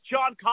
John